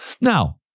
Now